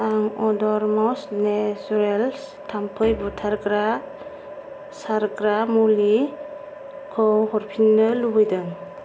आं अड'म'स नेसुरेल्स थाम्फै बुथारग्रा सारग्रा मुलिखौ हरफिन्नो लुबैदों